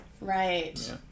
Right